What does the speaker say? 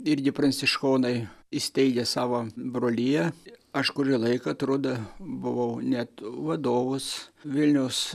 irgi pranciškonai įsteigę savo broliją aš kurį laiką trodo buvau net vadovus vilniaus